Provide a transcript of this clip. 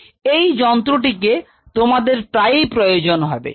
এই যন্ত্রটিকে তোমাদের প্রায়ই প্রয়োজন হবে